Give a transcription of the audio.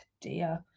Dear